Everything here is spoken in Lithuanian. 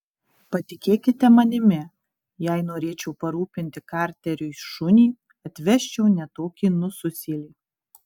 patikėkite manimi jei norėčiau parūpinti karteriui šunį atvesčiau ne tokį nususėlį